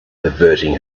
averting